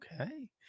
okay